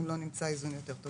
אם לא נמצא איזון יותר טוב.